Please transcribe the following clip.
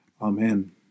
Amen